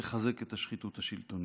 יחזקו את השחיתות השלטונית.